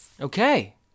Okay